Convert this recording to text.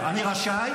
תודה רבה.